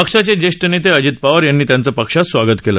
पक्षाचे ज्येष्ठ नेते अजित पवार यांनी त्यांचं पक्षात स्वागत केलं